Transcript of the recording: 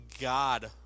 God